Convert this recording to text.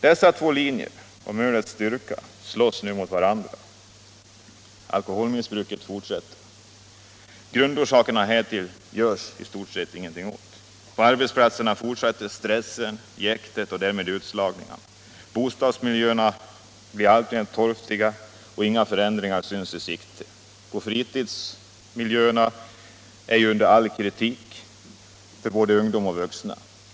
De båda linjerna om ölets styrka slåss nu mot varandra, och alkoholmissbruket fortsätter. Grundorsakerna till detta gör man ingenting åt. På arbetsplatserna fortsätter stressen, jäktet och därmed utslagningarna. Bostadsmiljöerna blir alltmer toftiga, och inga förändringar är i sikte. Fritidsmiljöerna för såväl ungdom som vuxna är under all kritik.